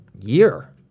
year